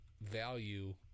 value